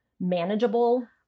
manageable